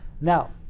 Now